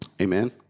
Amen